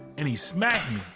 and he smacked me.